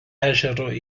ežero